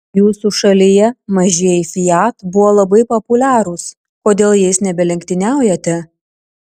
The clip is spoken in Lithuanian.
jūsų šalyje mažieji fiat buvo labai populiarūs kodėl jais nebelenktyniaujate